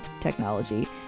technology